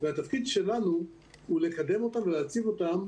והתפקיד שלנו הוא לקדם אותם ולהציב אותם